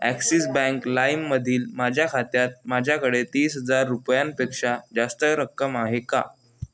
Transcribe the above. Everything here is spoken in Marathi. ॲक्सिस बँक लाईममधील माझ्या खात्यात माझ्याकडे तीस हजार रुपयांपेक्षा जास्त रक्कम आहे का